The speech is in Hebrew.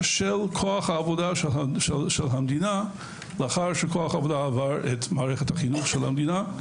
כוח העבודה של המדינה לאחר שכוח העבודה עבר את מערכת החינוך של המדינה.